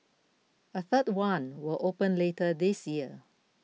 a third one will open later this year